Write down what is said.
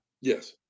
Yes